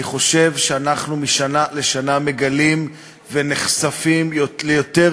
אני חושב שמשנה לשנה אנחנו מגלים ונחשפים ליותר